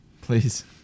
please